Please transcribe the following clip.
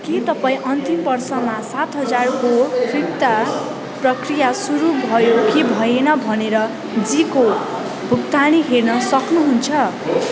के तपाईँ अन्तिम वर्षमा सात हजारको फिर्ता प्रक्रिया सुरु भयो कि भएन भनेर जी को भुक्तानी हेर्न सक्नुहुन्छ